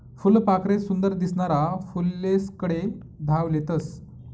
फुलपाखरे सुंदर दिसनारा फुलेस्कडे धाव लेतस